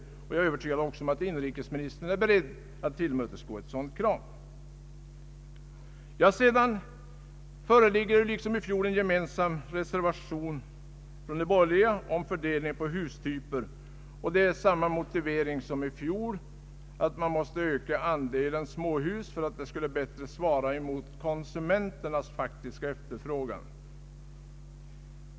Jag är också övertygad om att inrikesministern är beredd tillmötesgå ett sådant krav. Liksom i fjol föreligger en gemensam borgerlig reservation i fråga om fördelning på hustyper. Det är samma motivering för reservationen som i fjol, att andelen småhus måste öka för att bättre svara mot konsumenternas faktiska efterfrågan.